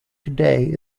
today